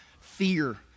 fear